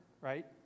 right